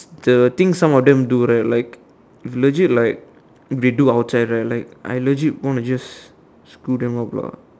the things some of them do right like legit like they do outside right like I legit want to just screw them off lah